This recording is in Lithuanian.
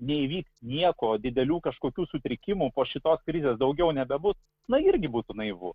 neįvyks nieko didelių kažkokių sutrikimų po šitos krizės daugiau nebebus na irgi būtų naivu